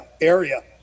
area